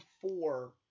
four